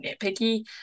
nitpicky